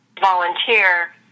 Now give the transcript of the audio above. volunteer